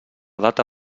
data